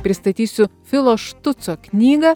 pristatysiu filo štuco knygą